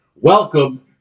welcome